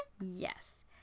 Yes